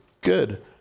good